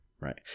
right